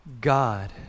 God